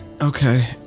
Okay